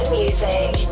music